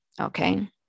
okay